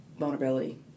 Vulnerability